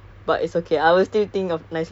especially the west side